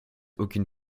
aucune